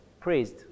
praised